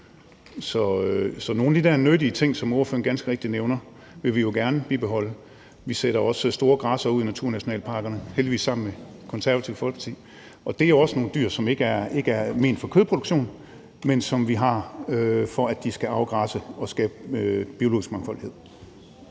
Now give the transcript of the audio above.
nogle af de der nyttige ting, som ordføreren ganske rigtigt nævner, vil vi jo gerne bibeholde. Vi sætter også store græssere ud i naturnationalparkerne, heldigvis i samarbejde med Det Konservative Folkeparti, og det er jo også nogle dyr, som ikke er bestemt for kødproduktion, men som vi har, for at de skal afgræsse og skabe biologisk mangfoldighed.